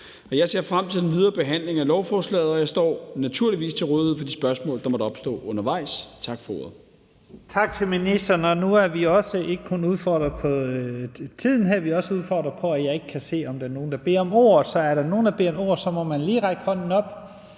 Jeg ser frem til den videre behandling af lovforslaget, og jeg står naturligvis til rådighed for de spørgsmål, der måtte opstå undervejs. Tak for ordet.